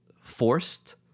forced